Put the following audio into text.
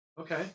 Okay